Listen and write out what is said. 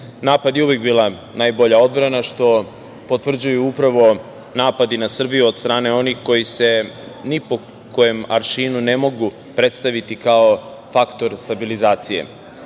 napad je uvek bila najbolja odbrana, što potvrđuju upravo napadi na Srbe od strane onih koji se ni po kojem aršinu ne mogu predstaviti kao faktor stabilizacije. Gospodo